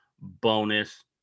bonus